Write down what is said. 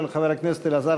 של חבר הכנסת אלעזר